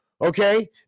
Okay